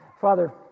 Father